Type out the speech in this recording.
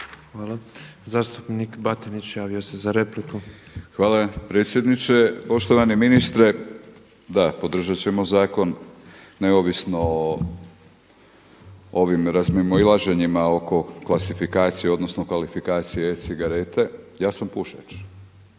Hvala. Zastupnik Batinić javio se za repliku. **Batinić, Milorad (HNS)** Hvala, predsjedniče. Poštovani ministre, da podržati ćemo zakon neovisno o ovim razmimoilaženjima oko klasifikacije, odnosno kvalifikacije e-cigarete. Ja sam pušač